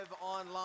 online